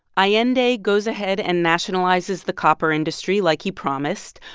allende goes ahead and nationalizes the copper industry like he promised.